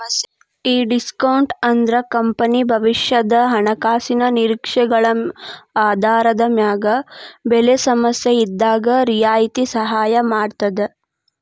ಈ ಡಿಸ್ಕೋನ್ಟ್ ಅಂದ್ರ ಕಂಪನಿ ಭವಿಷ್ಯದ ಹಣಕಾಸಿನ ನಿರೇಕ್ಷೆಗಳ ಆಧಾರದ ಮ್ಯಾಗ ಬೆಲೆ ಸಮಸ್ಯೆಇದ್ದಾಗ್ ರಿಯಾಯಿತಿ ಸಹಾಯ ಮಾಡ್ತದ